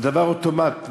זה דבר אוטומטי.